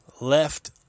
left